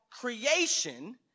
creation